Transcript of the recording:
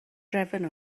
drefn